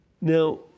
Now